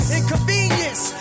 Inconvenience